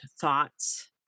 thoughts